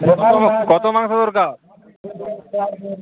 কতো মাং কতো মাংস দরকার